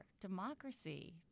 Democracy